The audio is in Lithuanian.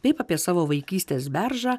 taip apie savo vaikystės beržą